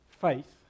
faith